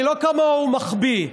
אני לא כמוהו, מחביא.